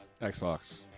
Xbox